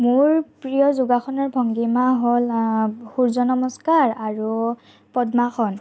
মোৰ প্ৰিয় যোগাসনৰ ভংগীমা হ'ল সূৰ্য নমস্কাৰ আৰু পদ্মাসন